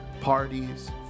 parties